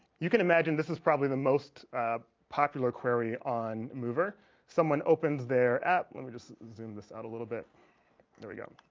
you can imagine this is probably the most popular query on mover someone opens their app when we just zoom this out a little bit there we go